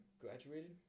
graduated